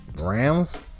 Rams